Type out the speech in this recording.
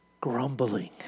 Grumbling